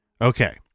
Okay